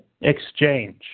exchange